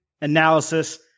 Analysis